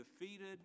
defeated